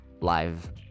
live